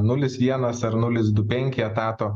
nulis vienas ar nulis du penki etato